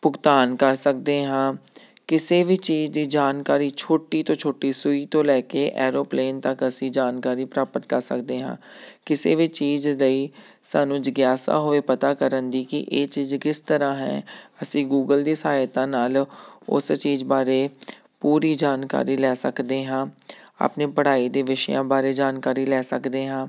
ਭੁਗਤਾਨ ਕਰ ਸਕਦੇ ਹਾਂ ਕਿਸੇ ਵੀ ਚੀਜ਼ ਦੀ ਜਾਣਕਾਰੀ ਛੋਟੀ ਤੋਂ ਛੋਟੀ ਸੂਈ ਤੋਂ ਲੈ ਕੇ ਐਰੋਪਲੇਨ ਤੱਕ ਅਸੀਂ ਜਾਣਕਾਰੀ ਪ੍ਰਾਪਤ ਕਰ ਸਕਦੇ ਹਾਂ ਕਿਸੇ ਵੀ ਚੀਜ਼ ਲਈ ਸਾਨੂੰ ਜਗਿਆਸਾ ਹੋਏ ਪਤਾ ਕਰਨ ਦੀ ਕਿ ਇਹ ਚੀਜ਼ ਕਿਸ ਤਰ੍ਹਾਂ ਹੈ ਅਸੀਂ ਗੂਗਲ ਦੀ ਸਹਾਇਤਾ ਨਾਲ ਉਸ ਚੀਜ਼ ਬਾਰੇ ਪੂਰੀ ਜਾਣਕਾਰੀ ਲੈ ਸਕਦੇ ਹਾਂ ਆਪਣੀ ਪੜ੍ਹਾਈ ਦੇ ਵਿਸ਼ਿਆਂ ਬਾਰੇ ਜਾਣਕਾਰੀ ਲੈ ਸਕਦੇ ਹਾਂ